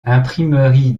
imprimerie